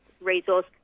resource